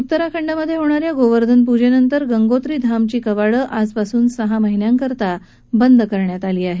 उत्तराखंडमध्ये होणा या गोवर्धन पूजेनंतर गंगोत्री धामची कवाडं आजपासून सहा महिन्यांकरीता बंद करण्यात आली आहेत